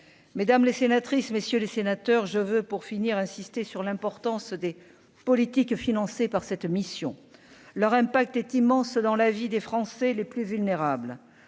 mesdames les sénatrices, messieurs les sénateurs, je veux, pour finir, insister sur l'importance des politiques financées par cette mission, leur impact est immense dans la vie des Français les plus vulnérables,